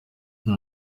uyu